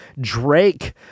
drake